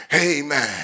Amen